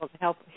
help